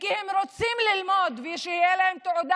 והם רוצים ללמוד, שתהיה להם תעודה